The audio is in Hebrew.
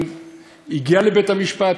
אם הגיע לבית-המשפט,